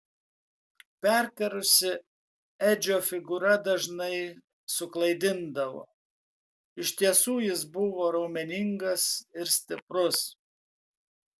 perkarusi edžio figūra dažnai suklaidindavo iš tiesų jis buvo raumeningas ir stiprus